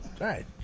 Right